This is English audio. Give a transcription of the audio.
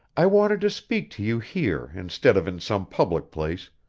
i wanted to speak to you here instead of in some public place,